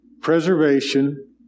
preservation